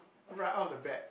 write out the bet